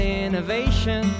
innovation